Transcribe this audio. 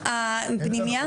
הפנימייה?